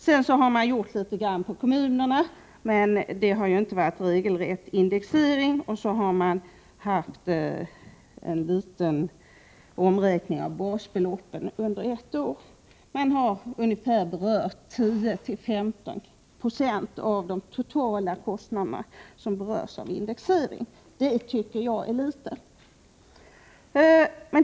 Sedan har man gjort litet grand när det gäller statsbidragen till kommunerna, men där har det inte varit en regelrätt indexering. Vidare har man gjort en liten omräkning av basbeloppet under ett år. Man har avindexerat ungefär 10-15 96 av de totala kostnader som berörs av indexering. Det tycker jag är litet.